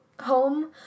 home